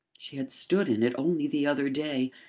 she had stood in it only the other day,